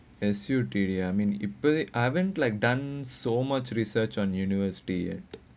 and S_U_T I mean like done so much research on university ya